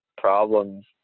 problems